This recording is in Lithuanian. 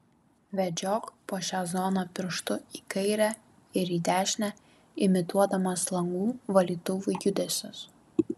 vedžiok po šią zoną pirštu į kairę ir į dešinę imituodamas langų valytuvų judesius